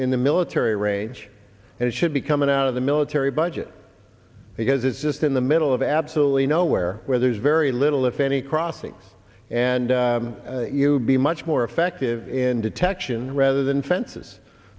in the military range and it should be coming out of the military budget because it's just in the middle of absolutely nowhere where there's very little if any crime and you'd be much more effective in detection rather than fences